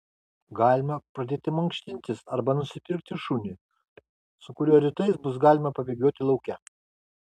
galima pradėti mankštintis arba nusipirkti šunį su kuriuo rytais bus galima pabėgioti lauke